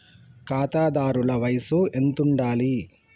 ఖాతాదారుల వయసు ఎంతుండాలి?